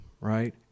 right